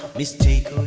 mistake